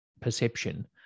perception